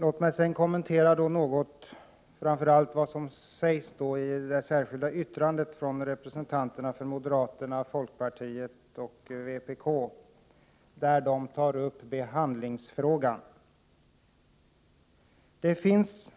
Låt mig så något kommentera det särskilda yttrandet från representanterna för moderaterna, folkpartiet och vpk, där behandlingsfrågan tas upp. Där finns